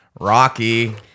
Rocky